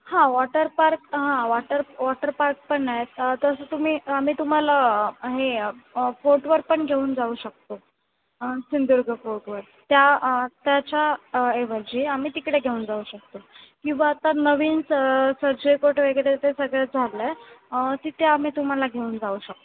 हां वॉटरपार्क हां water water park पण आहेत तसं तुम्ही आम्ही तुम्हाला हे फोर्टवर पण घेऊन जाऊ शकतो सिंधुदुर्ग फोर्टवर त्या त्याच्याऐवजी आम्ही तिकडे घेऊन जाऊ शकतो किंवा आता नवीन सर्जेकोट वगैरे ते सगळं झालं आहे तिथे आम्ही तुम्हाला घेऊन जाऊ शकतो